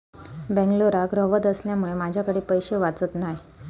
बेंगलोराक रव्हत असल्यामुळें माझ्याकडे पैशे वाचत नाय